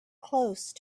close